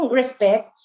respect